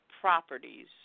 properties